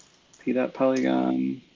p dot polygon